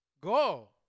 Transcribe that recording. Go